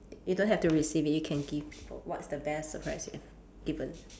you don't have to receive it you can give people what's the best surprise you have given